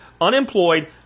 unemployed